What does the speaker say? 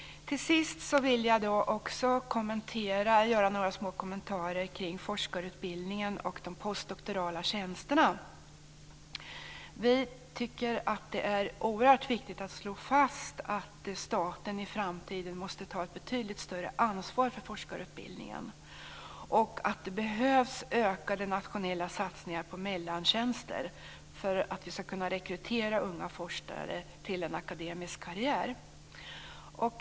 Till sist vill jag också göra några små kommentarer kring forskarutbildningen och de postdoktorala tjänsterna. Vi tycker att det är oerhört viktigt att slå fast att staten i framtiden måste ta ett betydligt större ansvar för forskarutbildningen. Det behövs ökade nationella satsningar på mellantjänster för att vi ska kunna rekrytera unga forskare till en akademisk karriär.